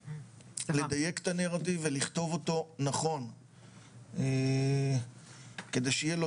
לדייק את הנרטיב ולכתוב אותו נכון כדי שיהיה לו